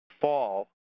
fall